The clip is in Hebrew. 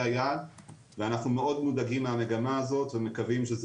היעד ואנחנו מאוד מודאגים מהמגמה הזאת ומקווים שזה